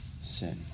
sin